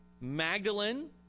Magdalene